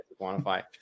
quantify